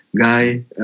Guy